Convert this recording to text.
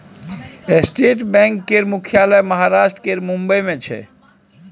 state bank केर मुख्यालय महाराष्ट्र केर मुंबई मे छै